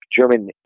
German